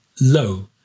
low